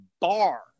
bar